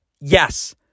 yes